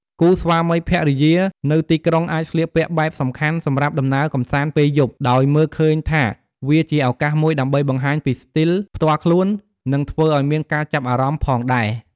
គូស្វាមីភរិយានៅទីក្រុងអាចស្លៀកពាក់បែបសំខាន់សម្រាប់ដំណើរកម្សាន្តពេលយប់ ដោយមើលឃើញថាវាជាឱកាសមួយដើម្បីបង្ហាញពីស្ទីលផ្ទាល់ខ្លួន និងធ្វើឱ្យមានការចាប់អារម្មណ៍ផងដែរ។